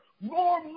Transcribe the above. More